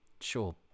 sure